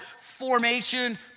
formation